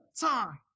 time